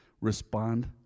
respond